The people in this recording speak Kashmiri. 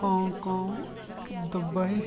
Hong Kong Dubai